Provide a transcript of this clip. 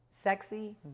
sexy